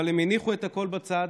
אבל הם הניחו את הכול בצד,